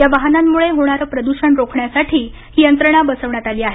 या वाहनांमुळे होणारं प्रदूषण रोखण्यासाठी ही यंत्रणा बसवण्यात आली आहे